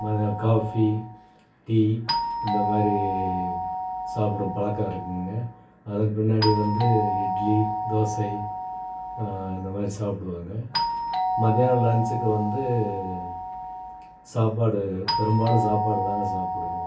மதியானம் coffee tea இந்த மாதிரி சாப்பிடும் பழக்கம் இருக்குதுங்க அதன் பின்னாடி வந்து இட்லி தோசை இந்த மாதிரி சாப்பிடுவேங்க மதியானம் லன்ச்சுக்கு வந்து சாப்பாடு பெரும்பாலும் சாப்பாடு தாங்க சாப்பிடுவோம்